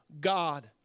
God